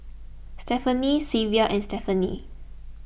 Stephenie Xavier and Stephenie